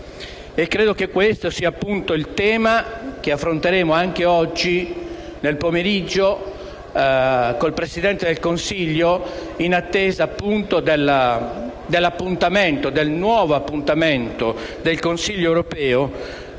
Credo che questo sia appunto il tema che affronteremo anche oggi pomeriggio, con il Presidente del Consiglio, in attesa del nuovo appuntamento del Consiglio europeo